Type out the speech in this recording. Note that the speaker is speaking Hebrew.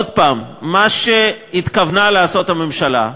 עוד פעם, מה שהתכוונה לעשות הממשלה,